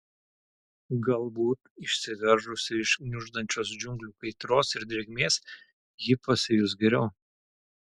galbūt išsiveržusi iš gniuždančios džiunglių kaitros ir drėgmės ji pasijus geriau